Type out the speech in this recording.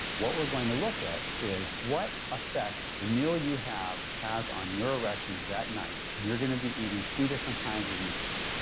what we're going to look at is what effect the meal you have has on your erections that night and you're gonna be eating two different kinds of meals.